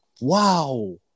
Wow